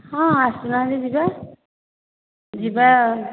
ହଁ ଆସୁନାହାନ୍ତି ଯିବା ଯିବା